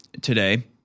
today